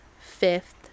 fifth